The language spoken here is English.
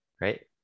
right